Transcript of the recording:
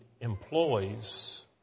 employs